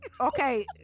Okay